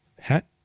hat